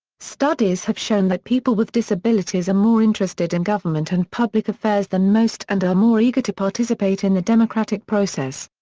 studies have shown that people with disabilities are more interested in government and public affairs than most and are more eager to participate in the democratic process.